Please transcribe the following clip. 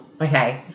Okay